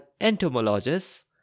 entomologists